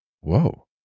Whoa